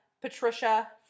Patricia